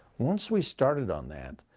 once we started on that,